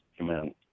Amen